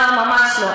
לא, ממש לא.